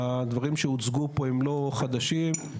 הדברים שהוצגו פה הם לא חדשים,